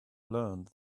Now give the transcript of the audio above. learned